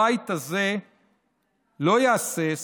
הבית הזה לא יהסס